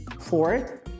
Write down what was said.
Fourth